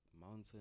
mountain